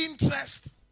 interest